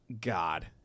God